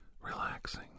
relaxing